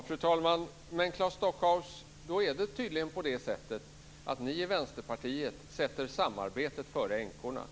Fru talman! Då är det tydligen på det sättet att ni i Vänsterpartiet sätter samarbetet före änkorna.